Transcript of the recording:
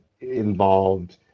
involved